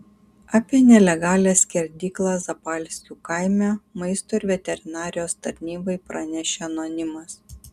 apie nelegalią skerdyklą zapalskių kaime maisto ir veterinarijos tarnybai pranešė anonimas